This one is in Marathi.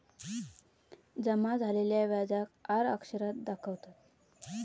जमा झालेल्या व्याजाक आर अक्षरात दाखवतत